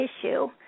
issue